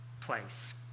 place